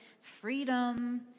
freedom